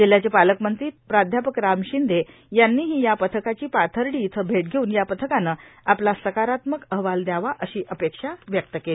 जिल्ह्याचे पालकमंत्री प्राध्यापक राम शिंदे यांनीही या पथकाची पाथर्डी इथं भेट घेऊन या पथकाने आपला सकारात्मक अहवाल द्यावा अशी अपेक्षा व्यक्त केली